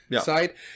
side